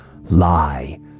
Lie